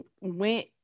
went